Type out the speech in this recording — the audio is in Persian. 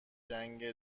جنگ